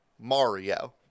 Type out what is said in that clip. Mario